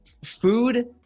Food